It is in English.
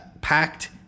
packed